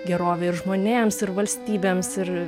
gerovę ir žmonėms ir valstybėms ir